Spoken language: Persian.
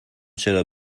چرا